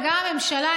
גם הממשלה,